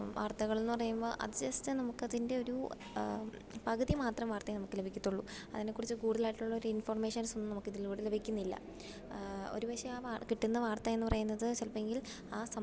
വാർത്തകളെന്നു പറയുമ്പം അത് ജസ്റ്റ് നമുക്കതിൻ്റെ ഒരു പകുതി മാത്രം വാർത്തയേ നമുക്ക് ലഭികത്തുള്ളു അതിനെ കുറിച്ച് കൂടുതലായിട്ടുള്ളൊരു ഇൻഫർമേഷൻസൊന്നും നമുക്കിതിലൂടെ ലഭിക്കുന്നില്ല ഒരു പക്ഷേ ആ കിട്ടുന്ന വാർത്തയെന്നു പറയുന്നത് ചിലപ്പമെങ്കിൽ ആ സംഭവം